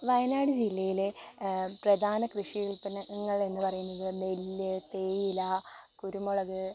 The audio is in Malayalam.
വയനാട് ജില്ലയിലെ പ്രധാന കൃഷി ഉല്പന്നങ്ങൾ എന്നു പറയുന്നത് നെല്ല് തേയില കുരുമുളക്